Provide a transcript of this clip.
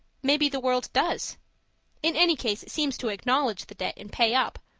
maybe the world does in any case, it seems to acknowledge the debt and pay up.